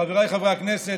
חבריי חברי הכנסת,